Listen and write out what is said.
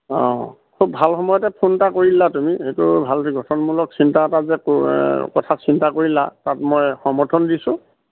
অঁ খুব ভাল সময়তে ফোন এটা কৰিলা তুমি সেইটো ভাল গঠনমূলক চিন্তা এটা যে কথা চিন্তা কৰিলা তাত মই সমৰ্থন দিছোঁ